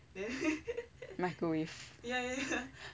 microwave